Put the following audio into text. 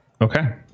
Okay